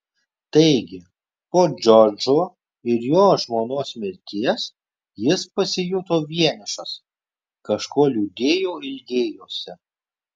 taigi po džordžo ir jo žmonos mirties jis pasijuto vienišas kažko liūdėjo ilgėjosi